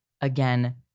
again